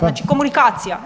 Znači komunikacija.